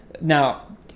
now